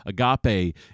Agape